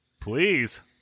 Please